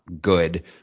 good